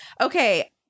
Okay